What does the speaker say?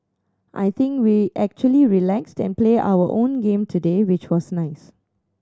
I think we actually relaxed and play our own game today which was nice